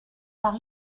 par